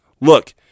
Look